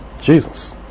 Jesus